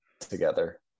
together